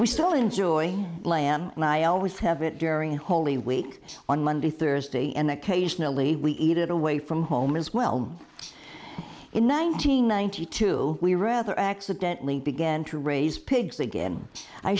we still enjoy lamb and i always have it during holy week on monday thursday and occasionally we eat it away from home as well in one nine hundred ninety two we rather accidentally began to raise pigs again i